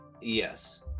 Yes